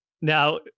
Now